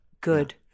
good